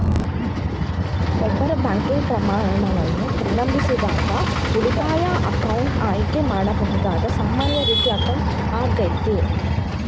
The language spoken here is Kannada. ಒಬ್ರು ಬ್ಯಾಂಕಿಂಗ್ ಪ್ರಯಾಣವನ್ನ ಪ್ರಾರಂಭಿಸಿದಾಗ ಉಳಿತಾಯ ಅಕೌಂಟ್ ಆಯ್ಕೆ ಮಾಡಬಹುದಾದ ಸಾಮಾನ್ಯ ರೀತಿಯ ಅಕೌಂಟ್ ಆಗೈತೆ